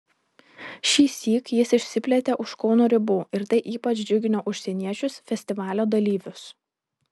šįsyk jis išsiplėtė už kauno ribų ir tai ypač džiugino užsieniečius festivalio dalyvius